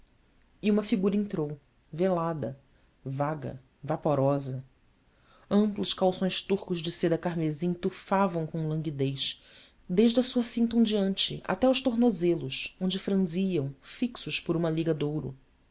uma figura entrou velada vaga vaporosa amplos calções turcos de seda carmesim tufavam com languidez desde a sua cinta ondeante até aos tornozelos onde franziam fixos por uma liga de ouro